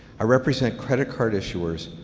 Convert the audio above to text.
ah represent credit card issuers,